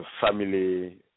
family